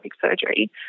surgery